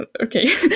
okay